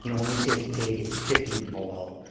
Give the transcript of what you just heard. you know when we say it's big, it's fifty and below.